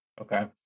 okay